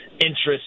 interest